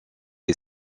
est